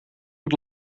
het